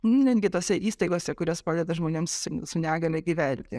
netgi tose įstaigose kurios padeda žmonėms su negalia gyventi